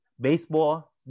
baseball